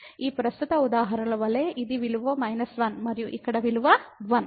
ఈ ప్రస్తుత ఉదాహరణలో వలె ఇది విలువ 1 మరియు ఇక్కడ విలువ 1